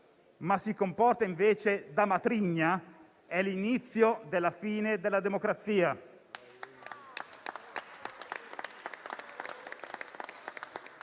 ma si comporta invece da matrigna, è l'inizio della fine della democrazia.